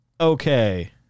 okay